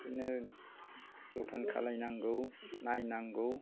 बिदिनो जोथोन खालायनांगौ नायनांगौ